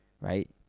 right